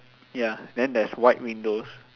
ya then there's white windows